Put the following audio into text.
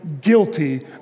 guilty